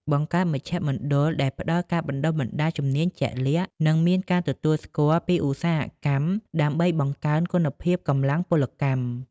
បង្កើតមជ្ឈមណ្ឌលដែលផ្តល់ការបណ្តុះបណ្តាលជំនាញជាក់លាក់ និងមានការទទួលស្គាល់ពីឧស្សាហកម្ម ដើម្បីបង្កើនគុណភាពកម្លាំងពលកម្ម។